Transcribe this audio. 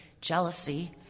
jealousy